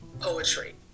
poetry